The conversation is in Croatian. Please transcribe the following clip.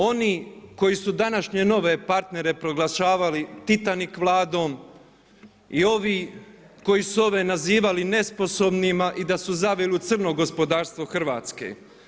Oni koji su današnje nove partnere proglašavali „Titanik Vladom“ i ovi koji su ove nazivali nesposobnima i da su zavili u crno gospodarstvo Hrvatske.